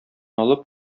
алып